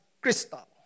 crystal